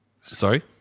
Sorry